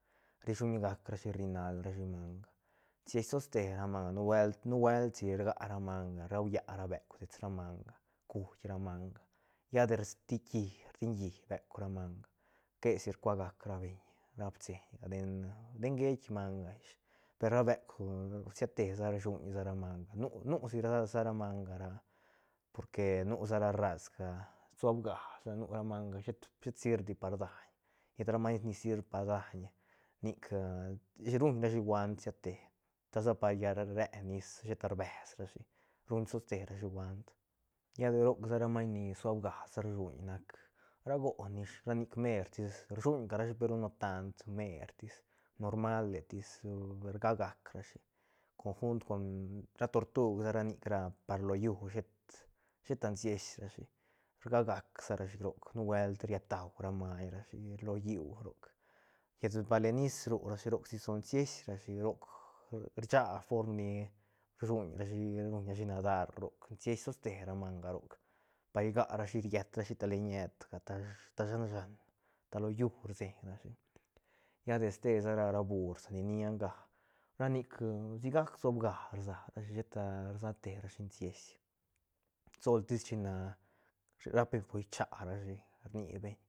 Ri shuñgac rashi rrinal rashi manga sies toste ra manga nubuelt- nubuelt si rga ra manga raulla ra beuk dets manga cuit ra manga lla de rdiqui dingui beuk ra manga que si rcuagac ra beñ den- den geitk manga ish per ra beuk siatesa rsuñ ra manga nu- nu si sa manga ra porque nu sa ra razga ra suabga sa nu ra manga shet- shet sirbdi par daiñ llet ra maiñ ni sirb pa daiñ nic ruñrashi guant siate ta sa par llal re nis rbes rashi ruñ toste rashi guant lla de roc sa ra maiñ ni suabga rsuñ nac ra goon ish ra nic mertis rsuñ carashi peru no tant mertis normaletis rga gac rashi conjunt con ra tortuj ra nic ra par lo llú shet sheta sies rashi rga gac sa ra shi roc nubuelt riet tau ra maiñ rashi ro lliú roc llet bal len nis ru rashi roc si sol sies rashi roc rcha form ni rsuñrashi ruñ rashi nadar roc sies toste ra manga roc par giarashi riet rashi ta len ñetga ta shan shan ta lo llú rseñrashi lla de ste sa ra ra bur sa ni nia nga ra nic sigac suabga rsa rashi sheta sa te rashi sies sol tis china rapbeñ por cha rashi rnibeñ.